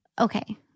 Okay